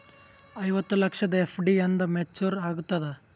ಐವತ್ತು ಲಕ್ಷದ ಎಫ್.ಡಿ ಎಂದ ಮೇಚುರ್ ಆಗತದ?